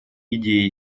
идеи